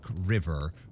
river